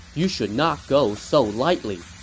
you should not go so lightly.